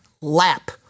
lap